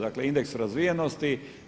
Dakle, indeks razvijenosti.